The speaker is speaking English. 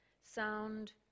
Sound